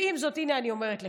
ועם זאת, הינה אני אומרת לך: